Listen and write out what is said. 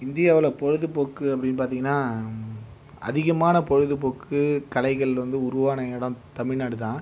இந்தியாவில் பொழுதுபோக்கு அப்படின்னு பாத்திங்கன்னா அதிகமான பொழுதுபோக்கு கலைகள் வந்து உருவான இடம் தமிழ்நாடு தான்